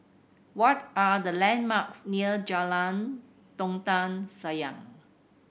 what are the landmarks near Jalan Dondang Sayang